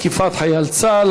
תקיפת חייל צה"ל),